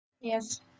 Yes